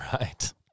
right